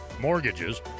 mortgages